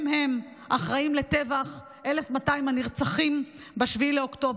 הם-הם האחראים לטבח 1,200 הנרצחים ב-7 באוקטובר.